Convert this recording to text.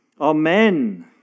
Amen